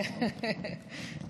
בבקשה.